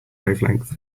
wavelength